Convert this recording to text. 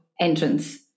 entrance